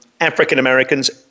African-Americans